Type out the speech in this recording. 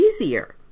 easier